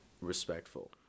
respectful